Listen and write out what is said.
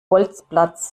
bolzplatz